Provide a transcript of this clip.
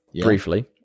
briefly